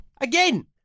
Again